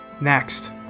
Next